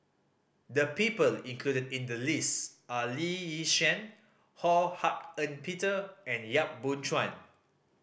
the people included in the list are Lee Yi Shyan Ho Hak Ean Peter and Yap Boon Chuan